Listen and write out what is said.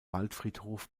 waldfriedhof